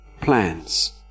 plans